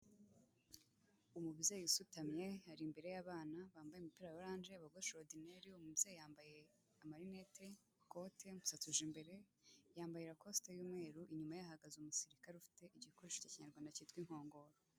Umubyeyi usutamye, ari imbere y'abana bambaye imipira ya oranje, bogoshe orodineri, uwo mubyeyi yambaye amarinete, ikote, umusatsi uje imbere, yambaye rakosite y'umweru, inyuma ye hahagaze umusirikare ufite igikoresho cya Kinyarwanda cyitwa inkongoro.